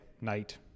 night